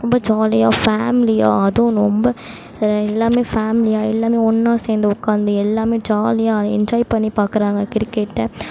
ரொம்ப ஜாலியாக ஃபேமிலியாக அதுவும் ரொம்ப எல்லாம் ஃபேமிலியாக எல்லாம் ஒன்னாக சேர்ந்து உக்காந்து எல்லாம் ஜாலியாக என்ஜாய் பண்ணி பாக்கிறாங்க கிரிக்கெட்டை